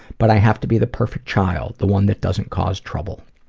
but i have to be the perfect child, the one that doesn't cause trouble.